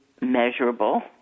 measurable